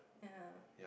ya